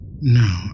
No